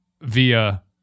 via